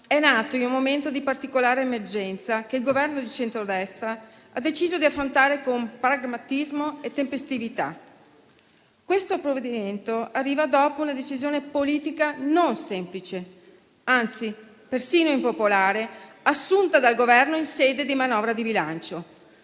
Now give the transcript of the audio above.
è nato in un momento di particolare emergenza, che il Governo di centrodestra ha deciso di affrontare con pragmatismo e tempestività. Questo provvedimento arriva dopo la decisione politica, non semplice - anzi, persino impopolare - assunta dal Governo in sede di manovra di bilancio.